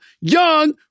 young